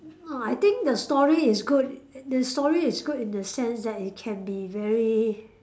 I think the story is good the story is good in the sense that it can be very